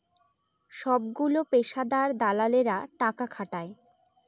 সবগুলো পেশাদার দালালেরা টাকা খাটায়